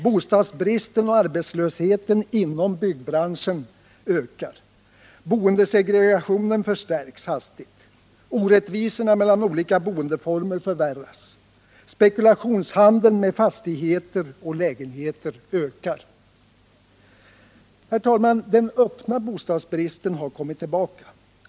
Bostadsbristen och arbetslösheten inom byggbranschen ökar. Boendesegregationen förstärks hastigt. Orättvisorna mellan olika boendeformer förvärras. Spekulationshandeln med fastigheter och lägenheter ökar. Herr talman! Den öppna bostadsbristen har kommit tillbaka.